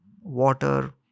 water